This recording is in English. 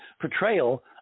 portrayal